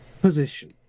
position